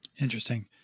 Interesting